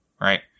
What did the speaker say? right